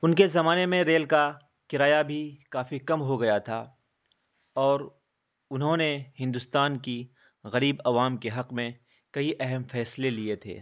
ان کے زمانے میں ریل کا کرایہ بھی کافی کم ہو گیا تھا اور انہوں نے ہندوستان کی غریب عوام کے حق میں کئی اہم فیصلے لیے تھے